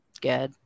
Good